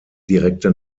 direkte